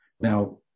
Now